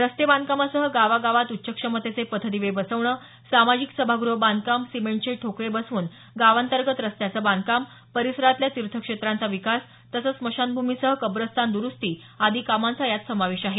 रस्ते बांधकामांसह गावा गावांत उच्च क्षमतेचे पथदिवे बसवणं सामाजिक सभागृह बांधकाम सिमेंटचे ठोकळे बसवून गावांतर्गत रस्त्यांचं बांधकाम परिसरातल्या तीर्थ क्षेत्रांचा विकास तसंच स्मशानभूमीसह कब्रस्तान दुरुस्ती आदी कामांचा यात समावेश आहे